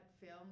film